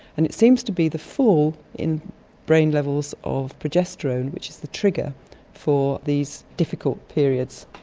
and it seems to be the fall in brain levels of progesterone which is the trigger for these difficult periods,